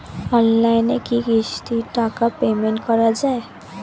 অনলাইনে কি কিস্তির টাকা পেমেন্ট করা যায়?